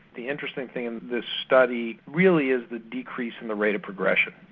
the interesting thing in this study really is the decrease in the rate of progression,